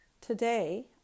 Today